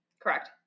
Correct